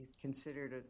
considered